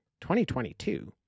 2022